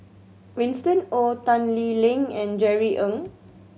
Winston Oh Tan Lee Leng and Jerry Ng